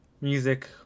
music